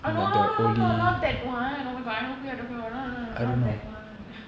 oh no no no no no not that one oh my god I know who you are talking about no no no not that one